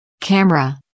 Camera